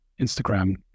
Instagram